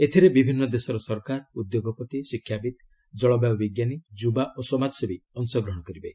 ଏଥିରେ ବିଭିନ୍ନ ଦେଶର ସରକାର ଉଦ୍ୟେଗପତି ଶିକ୍ଷାବିତ୍ ଜଳବାୟୁ ବିଜ୍ଞାନୀ ଯୁବା ଓ ସମାଜସେବୀ ଅଂଶଗ୍ରହଣ କରିବେ